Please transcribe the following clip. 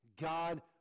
God